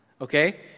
okay